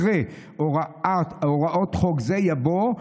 אחרי "הוראות חוק זה" יבוא,